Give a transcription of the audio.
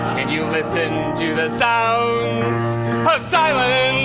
and you listen to the sounds of silence.